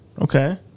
Okay